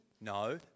no